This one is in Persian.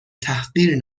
تحقیر